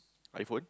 iPhone